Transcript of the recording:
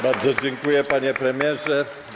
Bardzo dziękuję, panie premierze.